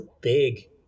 big